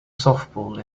softball